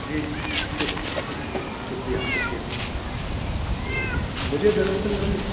جی جی شکریہ شکریہ مجھے در اصل نا ایک